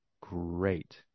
great